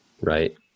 Right